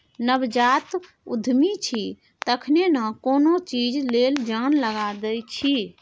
नवजात उद्यमी छी तखने न कोनो चीज लेल जान लगा दैत छी